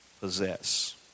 possess